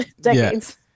decades